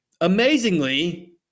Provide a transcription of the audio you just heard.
Amazingly